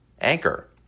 Anchor